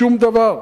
שום דבר.